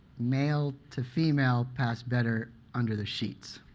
male to female pass better under the sheets.